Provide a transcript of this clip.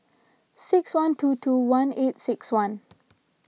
six one two two one eight six one